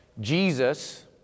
Jesus